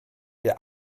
der